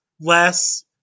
less